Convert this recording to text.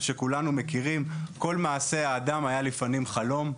שכולנו מכירים: "כל מעשה האדם היה לפנים חלום".